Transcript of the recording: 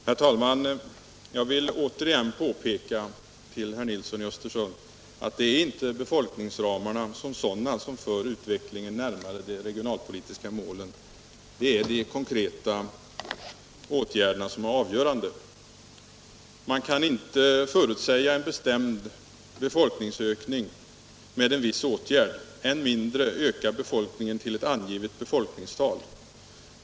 Herr talman! Jag vill återigen påpeka för herr Nilsson i Östersund att det inte är befolkningsramarna som sådana som för utvecklingen närmare de regionalpolitiska målen. Det är de konkreta åtgärderna som är avgörande. Man kan inte förutsäga en bestämd befolkningsökning genom en viss åtgärd, än mindre öka befolkningen till ett angivet befolkningstal.